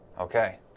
Okay